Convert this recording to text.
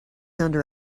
under